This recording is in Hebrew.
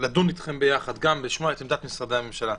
לדון אתכם, גם לשמוע את עמדת משרדי הממשלה.